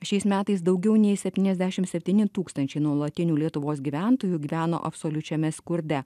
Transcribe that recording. šiais metais daugiau nei septyniasdešim septyni tūkstančiai nuolatinių lietuvos gyventojų gyveno absoliučiame skurde